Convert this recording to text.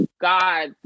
God